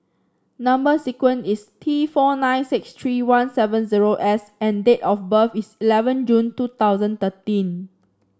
number sequence is T four nine six three one seven zero S and date of birth is eleven June two thousand thirteen